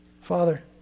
Father